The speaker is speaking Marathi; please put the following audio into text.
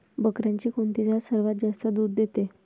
बकऱ्यांची कोणती जात सर्वात जास्त दूध देते?